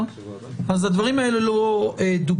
אז הדברים האלה לא דוברו.